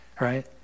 right